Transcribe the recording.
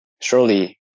Surely